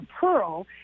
pearl